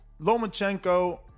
Lomachenko